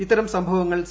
ഇത്തരം സംഭവങ്ങൾ സി